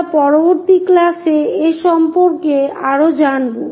আমরা পরবর্তী ক্লাসে এ সম্পর্কে আরও জানব